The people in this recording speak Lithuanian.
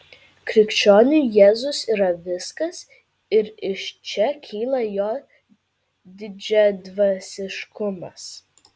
krikščioniui jėzus yra viskas ir iš čia kyla jo didžiadvasiškumas